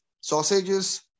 sausages